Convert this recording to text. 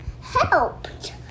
helped